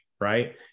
Right